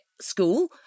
school